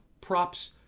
props